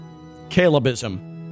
Calebism